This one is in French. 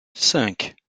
cinq